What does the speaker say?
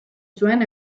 zuen